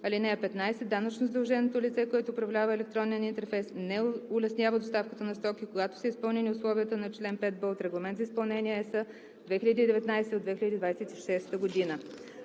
(15) Данъчно задължено лице, което управлява електронен интерфейс, не улеснява доставката на стоки, когато са изпълнени условията на чл. 5б от Регламент за изпълнение (ЕС) 2019/2026.“